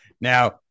now